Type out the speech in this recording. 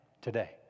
today